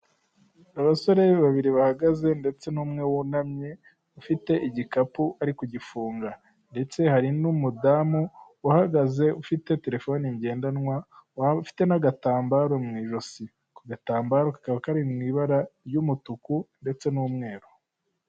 Abasore babiri bahagaze ndetse n'umwe wunamye ufite igikapu ari kugifunga, ndetse hari n'umudamu uhagaze ufite telefone ngendanwa waba ufite n'agatambaro mu ijosi, ako gatambaro kakaba kari mu ibara ry'umutuku ndetse n'umweru.